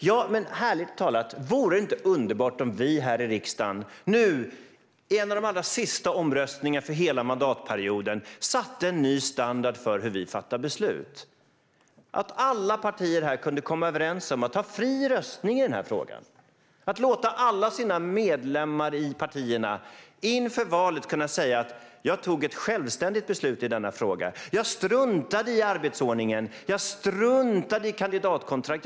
Fru talman! Härligt talat! Vore det inte underbart om vi här i riksdagen nu, i en av de allra sista omröstningarna för hela mandatperioden, satte en ny standard för hur vi fattar beslut? Alla partier här kunde komma överens om att ha fri röstning i den här frågan. De skulle kunna låta alla sina medlemmar i partierna inför valet kunna säga: Jag tog ett självständigt beslut i denna fråga. Jag struntade i arbetsordningen. Jag struntade i kandidatkontrakt.